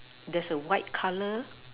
there's a white color